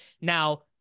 Now